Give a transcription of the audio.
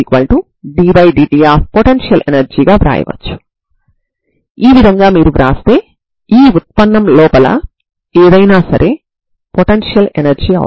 పరిష్కారాలన్నింటి యొక్క superposition అంటే ఈ అన్ని un ల మొత్తం అవుతుంది